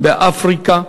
באפריקה,